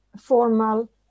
formal